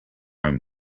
own